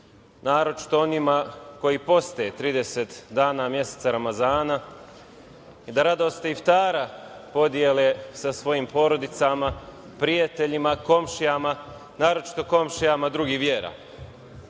naročito onima koji poste 30 dana meseca Ramazana i da radost iftara podele sa svojim porodicama, prijateljima, komšijama, naročito komšijama drugih vera. Danas